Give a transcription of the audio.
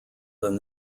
than